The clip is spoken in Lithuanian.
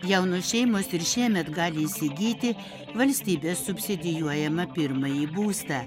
jaunos šeimos ir šiemet gali įsigyti valstybės subsidijuojamą pirmąjį būstą